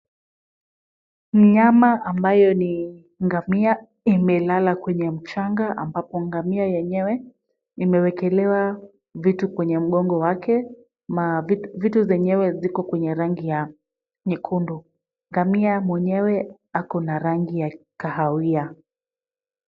Mnyama ambayo ni ngamia imelala kwenye mchanga ambapo ngamia yenyewe imewekelewa vitu kwenye mgongo wake. Vitu zenyewe ziko kwenye rangi ya nyekundu. Ngamia mwenyewe ako na rangi ya kahawia.